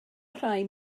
rhai